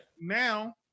now